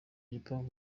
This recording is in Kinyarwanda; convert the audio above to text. gipangu